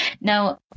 Now